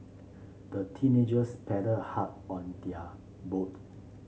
the teenagers paddled hard on their boat